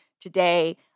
today